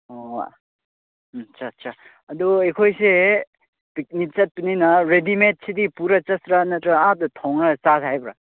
ꯑꯣ ꯎꯝ ꯁꯥꯥ ꯁꯥ ꯑꯗꯨ ꯑꯩꯈꯣꯏꯁꯦ ꯄꯤꯛꯅꯤꯛ ꯆꯠꯄꯅꯤꯅ ꯔꯦꯗꯤꯃꯦꯗ ꯁꯤꯗꯩ ꯄꯨꯔꯥ ꯆꯠꯁꯤꯔꯥ ꯅꯠꯇ꯭ꯔꯒ ꯑꯥꯗꯥ ꯊꯣꯡꯂꯒ ꯆꯥꯁꯤ ꯍꯥꯏꯕ꯭ꯔꯥ